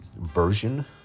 version